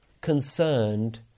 concerned